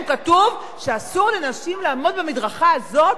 כתוב שאסור לנשים לעמוד במדרכה הזאת,